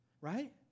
right